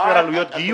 לפתחי עלויות גיוס,